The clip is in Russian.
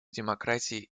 демократии